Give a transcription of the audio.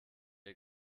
ihr